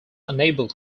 unable